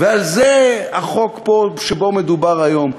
ועל זה החוק שבו מדובר היום.